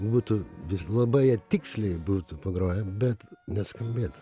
būtų labai jie tiksliai būtų pagroję bet neskambėtų